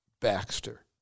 Baxter